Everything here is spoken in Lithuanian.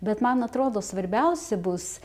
bet man atrodo svarbiausi bus